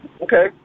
Okay